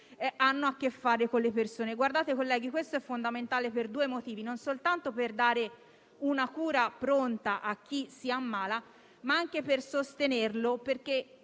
hanno a che fare con le persone. Guardate, colleghi, questo è fondamentale per due motivi: non soltanto per dare una cura pronta a chi si ammala, ma anche per sostenerlo, perché